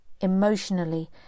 emotionally